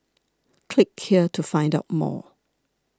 click here to find out more